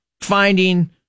finding